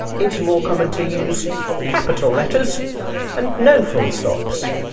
it's more common to use capital letters and no full stops.